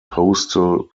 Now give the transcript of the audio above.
coastal